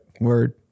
word